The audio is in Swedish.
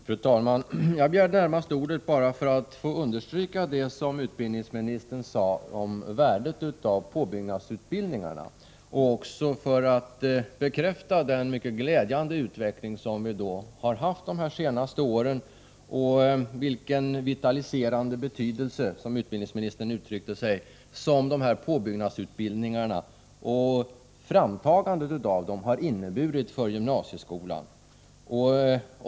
Fru talman! Jag begärde närmast ordet bara för att få understryka det som utbildningsministern sade om värdet av påbyggnadsutbildningarna och för att bekräfta den mycket glädjande utveckling som varit under de senaste åren. Som utbildningsministern uttryckte det har framtagandet av påbygg nadsutbildningarna varit av vitaliserande betydelse för gymnasieskolan.